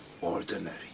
ordinary